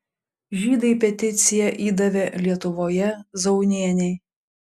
žydai peticiją įdavė lietuvoje zaunienei